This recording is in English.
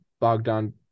Bogdan